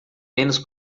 menos